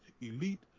elite